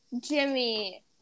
Jimmy